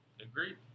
Agreed